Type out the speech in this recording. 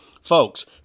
Folks